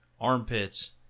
armpits